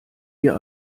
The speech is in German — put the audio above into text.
wir